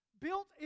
Built